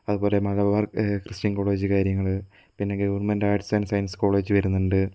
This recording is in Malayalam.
അതുപോലെ മലബാര് ക്രിസ്ത്യന് കോളേജ് കാര്യങ്ങള് പിന്നെ government arts and science college വരുന്നുണ്ട്